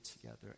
together